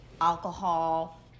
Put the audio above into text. alcohol